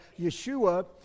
Yeshua